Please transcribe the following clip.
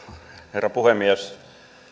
herra puhemies